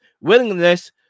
willingness